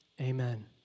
amen